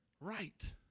right